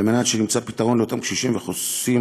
כדי שנמצא פתרון לכל הקשישים והחוסים